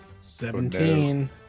Seventeen